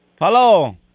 Hello